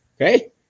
okay